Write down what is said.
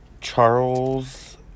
Charles